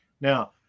Now